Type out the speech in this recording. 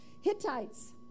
Hittites